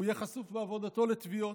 הוא יהיה חשוף בעבודתו לתביעות.